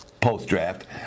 post-draft